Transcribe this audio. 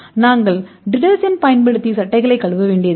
நாங்கள் டீடர்ஜென்ட் பயன்படுத்தி சட்டைகளை கழுவ வேண்டியதில்லை